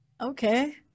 Okay